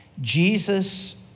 Jesus